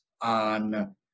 on